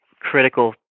critical